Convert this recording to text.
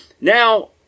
now